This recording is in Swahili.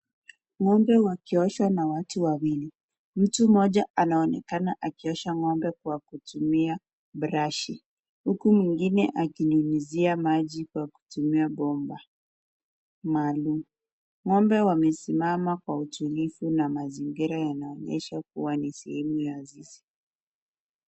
Ng'ombe wakioshwa na watu wawili. Mtu mmoja anaonekana akiosha ng'ombe kwa kutumia brashi huku mwingine akinyunyizia maji kwa kitumia bomba maalum.Ng'ombe wamesimama kwa utulivu na mazingira yanaonyesha kuwa ni sehemu ya zizi.